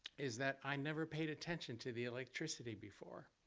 is that i never paid attention to the electricity before.